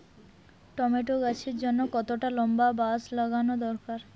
Tomato গাছের জন্যে কতটা লম্বা বাস লাগানো দরকার?